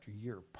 year